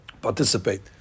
Participate